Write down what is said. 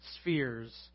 spheres